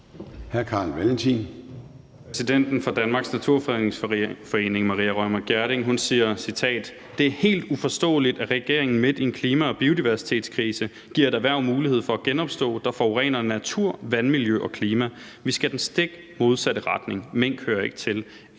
Carl Valentin (SF): Præsidenten for Danmarks Naturfredningsforening, Maria Reumert Gjerding, siger: »Det er helt uforståeligt, at regeringen midt i en klima- og biodiversitetskrise giver et erhverv mulighed for at genopstå, der forurener natur, vandmiljø og klima. Vi skal i den stik modsatte retning. Mink hører ikke til